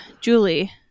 Julie